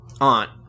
Aunt